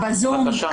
ב-זום זה קשה.